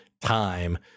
time